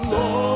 Lord